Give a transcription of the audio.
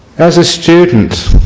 as a student,